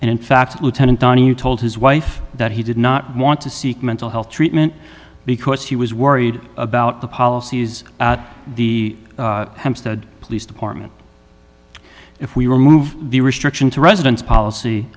and in fact lieutenant dan you told his wife that he did not want to seek mental health treatment because he was worried about the policies the hampstead police department if we remove the restriction to residence policy